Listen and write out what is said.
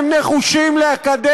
זה לא יפה שאתה,